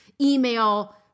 email